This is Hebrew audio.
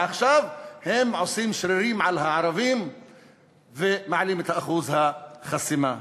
ועכשיו הם עושים שרירים לערבים ומעלים את אחוז החסימה.